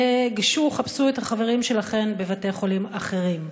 גשו וחפשו את החברים שלכן בבתי-חולים אחרים.